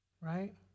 right